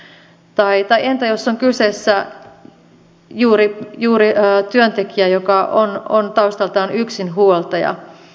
tai entä jos on kyseessä juuri työntekijä joka on taustaltaan yksinhuoltaja